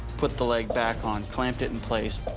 put the leg back on, clamped it in place.